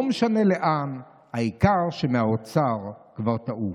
לא משנה לאן, העיקר שמהאוצר כבר תעוף.